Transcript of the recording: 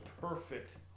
perfect